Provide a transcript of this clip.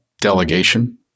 Delegation